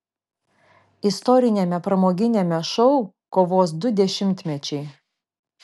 istoriniame pramoginiame šou kovos du dešimtmečiai